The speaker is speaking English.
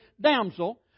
damsel